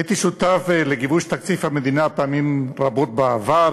הייתי שותף לגיבוש תקציב המדינה פעמים רבות בעבר,